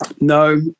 no